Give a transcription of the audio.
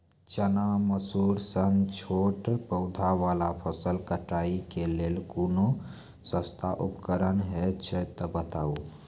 चना, मसूर सन छोट पौधा वाला फसल कटाई के लेल कूनू सस्ता उपकरण हे छै तऽ बताऊ?